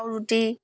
রুটি